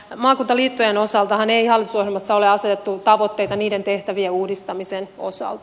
maakuntaliittojen osaltahan ei hallitusohjelmassa ole asetettu tavoitteita niiden tehtävien uudistamisen osalta